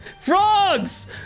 Frogs